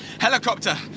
Helicopter